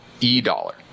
E-Dollar